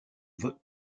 vote